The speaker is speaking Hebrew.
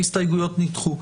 ההסתייגויות נדחו.